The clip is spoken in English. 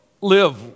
live